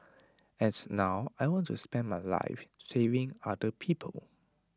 and now I want to spend my life saving other people